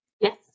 Yes